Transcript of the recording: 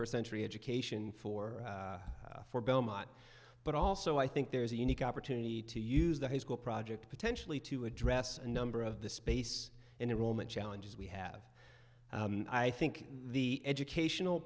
first century education for four belmont but also i think there's a unique opportunity to use the high school project potentially to address a number of the space in the room and challenges we have i think the educational